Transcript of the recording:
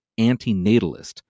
antinatalist